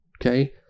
okay